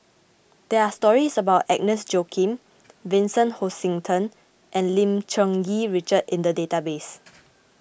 there are stories about Agnes Joaquim Vincent Hoisington and Lim Cherng Yih Richard in the database